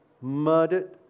murdered